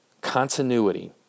Continuity